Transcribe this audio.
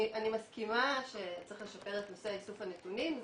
אני מסכימה שצריך לשפר את נושא איסוף הנתונים.